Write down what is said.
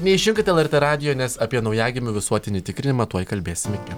neišjunkite lrt radijo nes apie naujagimių visuotinį tikrinimą tuoj kalbėsim iki